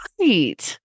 right